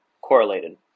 correlated